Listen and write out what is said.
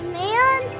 man